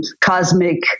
cosmic